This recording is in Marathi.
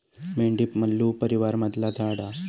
भेंडी मल्लू परीवारमधला झाड हा